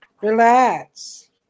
Relax